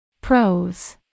Pros